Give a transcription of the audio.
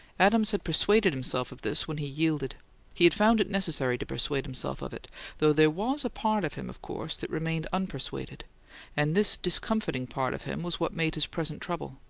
adams had persuaded himself of this when he yielded he had found it necessary to persuade himself of it though there was a part of him, of course, that remained unpersuaded and this discomfiting part of him was what made his present trouble.